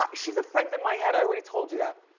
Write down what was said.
yeah she's a friend in my head, i already told you that.